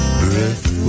breath